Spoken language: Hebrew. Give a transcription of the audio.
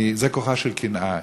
זה כוחה של קנאה.